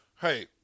Hey